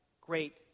great